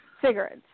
cigarettes